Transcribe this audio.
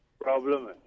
problem